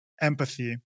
empathy